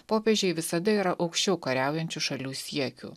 popiežiai visada yra aukščiau kariaujančių šalių siekių